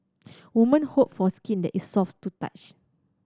woman hope for skin that is soft to touch